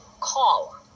call